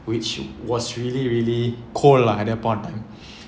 which was really really cold lah at that point of time